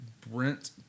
Brent